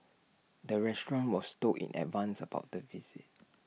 the restaurant was told in advance about the visit